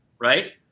Right